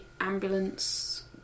ambulance